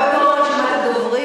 הבא בתור ברשימת הדוברים,